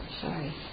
Sorry